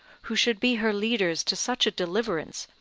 who should be her leaders to such a deliverance,